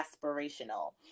aspirational